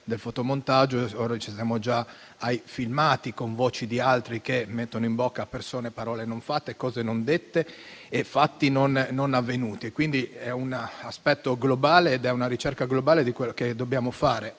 lei ha citato, che ora siamo già ai filmati con voci di altri che mettono in bocca alle persone parole non dette, cose non fatte e fatti non avvenuti. C'è quindi un aspetto globale ed una ricerca globale di quello che dobbiamo fare,